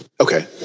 okay